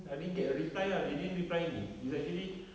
I didn't get a reply ah they didn't reply me it's actually